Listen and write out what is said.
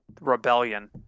Rebellion